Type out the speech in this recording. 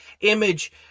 image